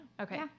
Okay